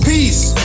Peace